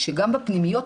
שגם בפנימיות,